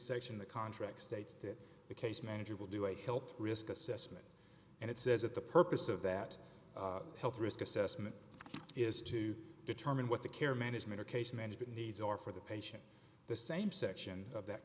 section the contract states that the case manager will do a health risk assessment and it says that the purpose of that health risk assessment is to determine what the care management or case management needs are for the patient the same section of that